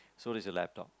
so does your laptop